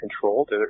controlled